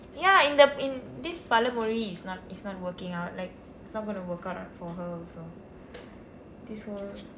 ya இந்த இந்த:indtha indtha this பழமொழி:pazhamozhi is not is not working out like it's not going to work out for her also this one